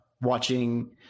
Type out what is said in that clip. Watching